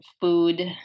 food